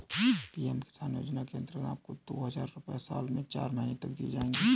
PM Kisan योजना के अंतर्गत आपको दो हज़ार रुपये साल में चार महीने तक दिए जाएंगे